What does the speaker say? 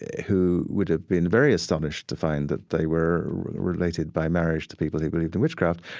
who would have been very astonished to find that they were related by marriage to people who believed in witchcraft,